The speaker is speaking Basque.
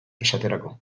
esaterako